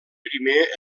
primer